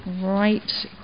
Right